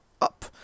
up